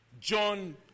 John